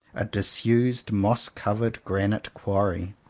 a disused, moss-covered granite quarry.